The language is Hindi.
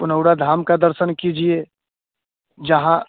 पुनौरा धाम का दर्शन कीजिए जहाँ